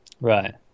Right